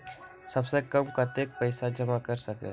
सबसे कम कतेक पैसा जमा कर सकेल?